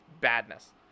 badness